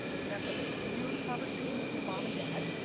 you're gonna have to have a weird conversation with your mom and dad.